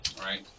right